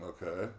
Okay